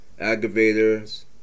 aggravators